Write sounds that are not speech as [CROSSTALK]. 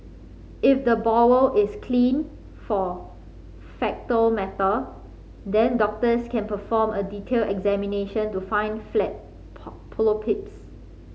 if the bowel is clean for faecal matter then doctors can perform a detailed examination to find flat [UNINTELLIGIBLE] polyps